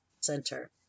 Center